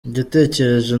igitekerezo